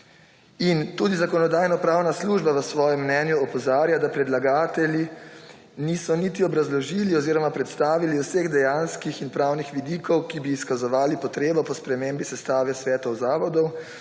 In tudi Zakonodajno-pravna služba v svojem mnenju opozarja, da predlagatelji niso niti obrazložili oziroma predstavili vseh dejanskih in pravnih vidikov, ki bi izkazovali potrebo po spremembi sestave svetov zavodov,